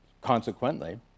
Consequently